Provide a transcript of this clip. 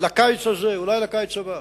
לקיץ הזה ואולי לקיץ הבא